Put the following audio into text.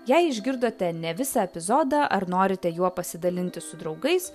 jei išgirdote ne visą epizodą ar norite juo pasidalinti su draugais